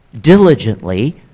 diligently